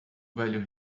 velho